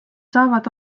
saavad